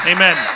Amen